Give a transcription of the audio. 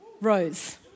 Rose